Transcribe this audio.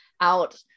out